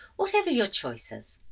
whatever your choices.